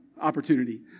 opportunity